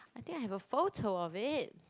I think I have a photo of it